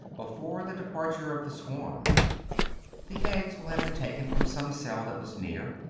before the departure of the swarm the eggs will have been taken from some cell that was near,